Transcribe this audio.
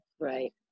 Right